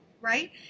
right